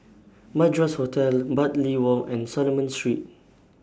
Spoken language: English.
Madras Hotel Bartley Walk and Solomon Street